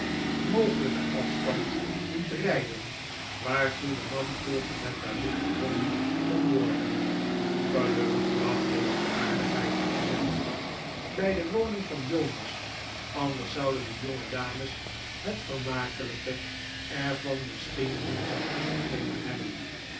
mogelijken afstand liet rijden waartoe de man volgens het tarief gedwongen kon worden gelukkig bracht deze aardigheid het gezelschap bij de woning van jonas anders zouden de jongedames het vermakelijke er van misschien niet zoo goed begrepen hebben